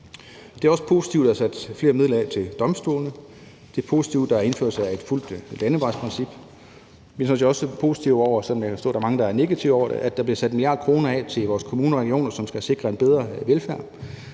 Det er også positivt, at der er sat flere midler af til domstolene. Det er positivt, at der er indførelse af et fuldt landevejsprincip. Vi er sådan set også positive over for – selv om jeg kan forstå, at der er mange, der er negative over for det – at der bliver sat 1 mia. kr. af til vores kommuner og regioner, som skal sikre en bedre velfærd.